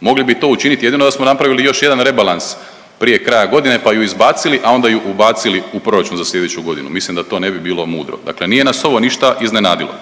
Mogli bi to učiniti jedino da smo napravili još jedan rebalans prije kraja godine pa ju izbacili, a onda ju ubacili u proračun za sljedeću godinu, mislim da to ne bi bilo mudro, dakle nije nas ovo ništa iznenadilo.